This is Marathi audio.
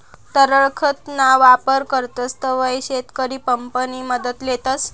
तरल खत ना वापर करतस तव्हय शेतकरी पंप नि मदत लेतस